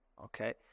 Okay